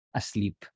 asleep